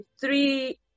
three